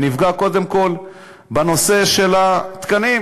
ונפגע קודם כול בנושא של התקנים.